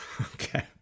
Okay